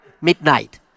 midnight